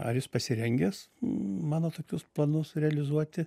ar jis pasirengęs mano tokius planus realizuoti